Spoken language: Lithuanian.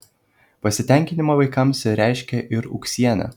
pasitenkinimą vaikais reiškė ir ūksienė